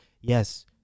yes